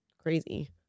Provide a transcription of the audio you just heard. crazy